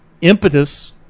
impetus